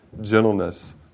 gentleness